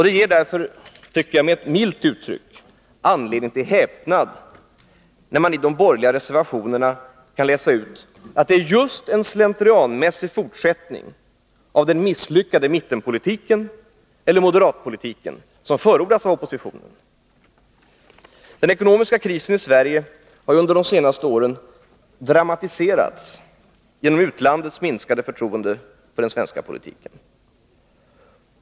Det ger därför, med ett milt uttryck, anledning till häpnad, när man i de borgerliga reservationerna kan läsa ut att det är just en slentrianmässig fortsättning av den misslyckade mittenpolitiken eller moderatpolitiken som förordas av oppositionen. Den ekonomiska krisen i Sverige har under de senaste åren dramatiserats genom utlandets minskade förtroende för den svenska politiken.